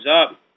up